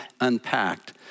unpacked